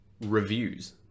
reviews